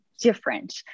different